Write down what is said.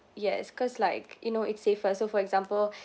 yes cause like you know it's safer so for example